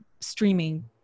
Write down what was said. streaming